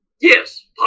yes